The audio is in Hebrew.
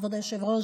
כבוד היושב-ראש,